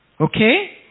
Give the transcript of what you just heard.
Okay